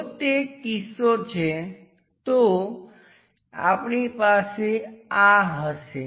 જો તે કિસ્સો છે તો આપણી પાસે આ હશે